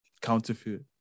counterfeit